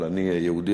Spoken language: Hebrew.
אבל אני יהודי,